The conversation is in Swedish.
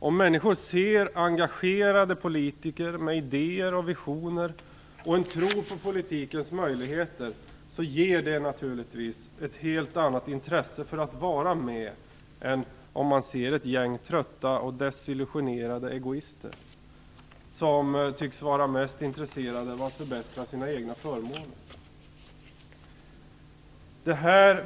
Om människor ser engagerade politiker med idéer, visioner och en tro på politikens möjligheter ger det naturligtvis ett helt annat intresse för att vara med än om man ser ett gäng trötta och desillusionerade egoister som tycks vara mest intresserade av att förbättra sina egna förmåner.